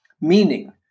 Meaning